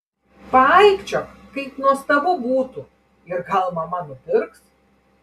paaikčiok kaip nuostabu būtų ir gal mama nupirks